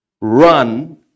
run